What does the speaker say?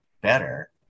better